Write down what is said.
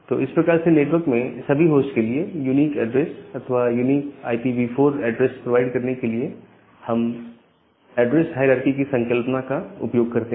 तो इस प्रकार से नेटवर्क में सभी होस्ट के लिए यूनिक एड्रेस अथवा यूनिक IPv4 एड्रेस प्रोवाइड करने के लिए हम एड्रेस हायरारकी की संकल्पना का उपयोग करते हैं